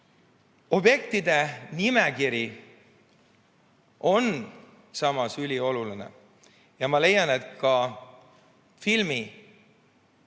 Objektide nimekiri on samas ülioluline ja ma leian, et ka